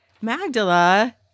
Magdala